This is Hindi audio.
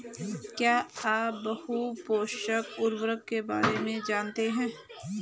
क्या आप बहुपोषक उर्वरक के बारे में जानते हैं?